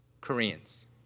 Koreans